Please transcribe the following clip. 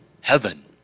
heaven